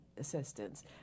assistance